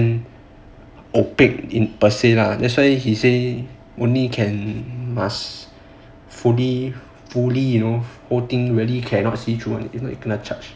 opaque per say lah that's why he say only can must fully you know really cannot see [one] if not you kena charge